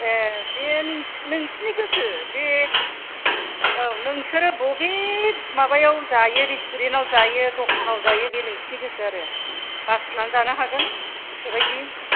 ए बे नों नोंसिनि गोसो बे औ नोंसोरो बबे माबायाव जायो रेस्टुरेन्टाव जायो द'खानाव जायो बे नोंसिनि गोसो आरो बासिनानै जानो हागोन गोसोबायदि